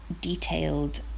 detailed